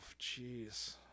jeez